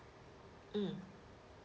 mm